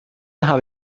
habe